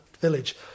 village